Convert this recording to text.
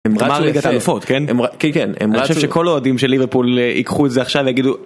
הם רצו לגמר ליגת האלופות כן כן, הם רצו. אני חושב שכל האוהדים של ליברפול ייקחו את זה עכשיו ויגידו...